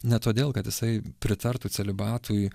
ne todėl kad jisai pritartų celibatui